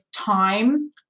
time